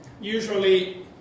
usually